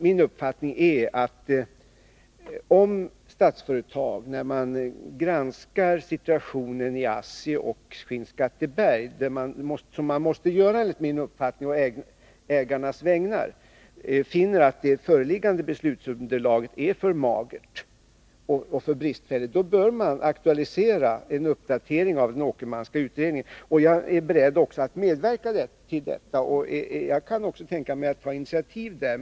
Min uppfattning är att om Statsföretag när man granskar situationen i ASSI och Skinnskatteberg — som man måste göra enligt min uppfattning å ägarnas vägnar — finner att det föreliggande beslutsunderlaget är för magert och för bristfälligt, så bör man aktualisera en uppdatering av den Åkermanska utredningen. Jag är beredd att medverka till detta, och jag kan också tänka mig att ta initiativ därvidlag.